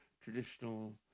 traditional